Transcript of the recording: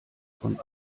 von